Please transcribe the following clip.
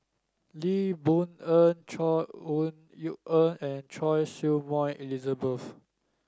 Lee Boon Ngan Chor Yeok Eng and Choy Su Moi Elizabeth